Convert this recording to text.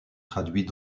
traduits